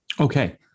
Okay